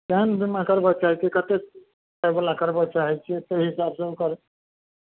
केहन बीमा करबय चाहै छियै कतेक पाइवला करबय चाहै छियै ताहि हिसाबसँ ओकर